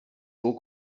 beau